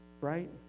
right